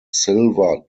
silver